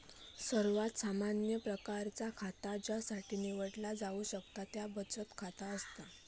सर्वात सामान्य प्रकारचा खाता ज्यासाठी निवडला जाऊ शकता त्या बचत खाता असा